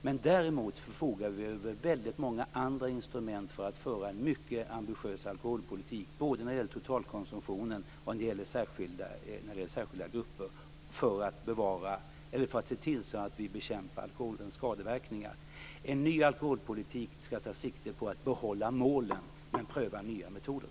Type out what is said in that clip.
Men däremot förfogar vi över väldigt många andra instrument för att föra en mycket ambitiös alkoholpolitik, både när det gäller totalkonsumtionen och när det gäller särskilda grupper, för att se till att vi bekämpar alkoholens skadeverkningar. En ny alkoholpolitik skall ta sikte på att behålla målen, men pröva nya metoder.